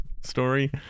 story